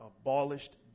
Abolished